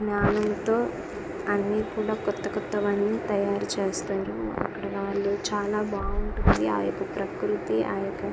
జ్ఞానంతో అన్నీకూడా కొత్త కొత్త వన్నీ తయారు చేస్తారు అక్కడ వాళ్ళు చాలా బాగుంటుంది ఆ యొక్క ప్రకృతి ఆ యొక్క